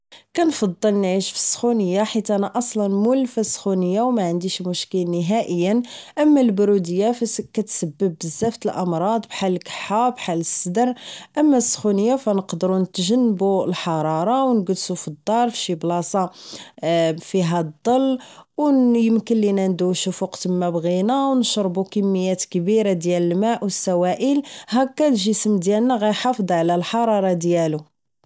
كنفضل نعيش فالسخونية حيت انا اصلا مولفة السخونية و معنديش مشكل نهائيا اما البرودية فكتسبب بزاف تالامراض بحال الكحة بحال الصدر اما السخونية فنقدرو نتجنبو الحرارة و نكلسو فالدار فشي بلاصة فيها الضل و يمكن لينا ندوشو فوقتنا بغينا و نشربو كميات كبيرة ديال الماء و السوائل و هكا الجسم ديالنا غيحافظ على الحرارة ديالو